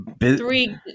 three